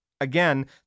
again